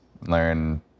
learn